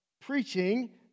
preaching